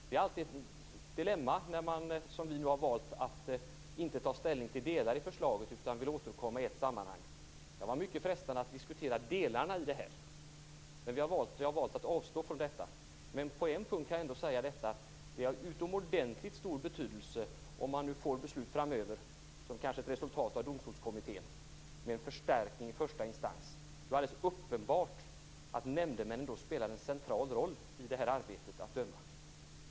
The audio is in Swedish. Det är alltid ett dilemma när man som vi nu har gjort valt att inte ta ställning till delar av förslaget utan i stället vill återkomma i ett sammanhang. Det kan vara mycket frestande att diskutera delarna i detta förslag. Men vi har valt att avstå från detta. Men på en punkt kan jag ändå säga att det är av utomordentligt stor betydelse om man får ett beslut framöver som ett resultat av Domstolskommitténs förslag med en förstärkning i första instans. Då är det alldeles uppenbart att nämndemännen spelar en central roll i arbetet att döma.